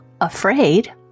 Afraid